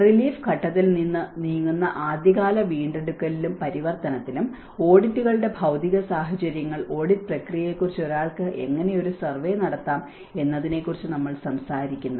relief ഘട്ടത്തിൽ നിന്ന് നീങ്ങുന്ന ആദ്യകാല വീണ്ടെടുക്കലിലും പരിവർത്തനത്തിലും ഓഡിറ്റുകളുടെ ഭൌതിക സാഹചര്യങ്ങൾ ഓഡിറ്റ് പ്രക്രിയയെക്കുറിച്ച് ഒരാൾക്ക് എങ്ങനെ ഒരു സർവേ നടത്താം എന്നതിനെക്കുറിച്ച് നമ്മൾ സംസാരിക്കുന്നു